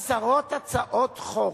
עשרות הצעות חוק,